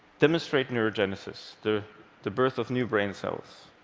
demonstrate neurogenesis, the the birth of new brain cells,